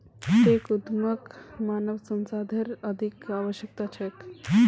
tech उद्यमक मानव संसाधनेर अधिक आवश्यकता छेक